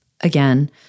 again